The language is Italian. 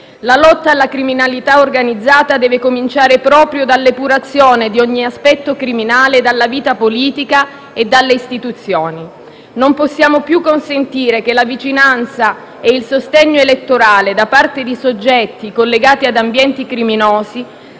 La lotta alla criminalità organizzata deve cominciare proprio dall'epurazione di ogni aspetto criminale dalla vita politica e dalle istituzioni. Non possiamo più consentire che la vicinanza e il sostegno elettorale da parte di soggetti collegati a ambienti criminosi